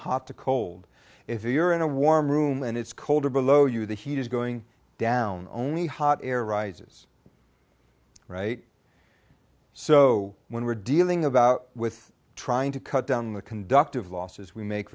hot to cold if you're in a warm room and it's colder below you the heat is going down only hot air rises right so when we're dealing about with trying to cut down the conductive losses we make